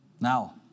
Now